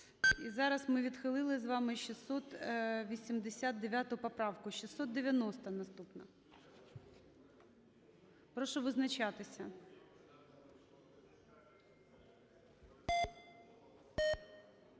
зараз ми відхили з вами 689 поправку. 690-а наступна. Прошу визначатися.